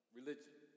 religion